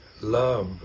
love